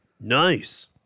Nice